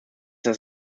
das